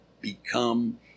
become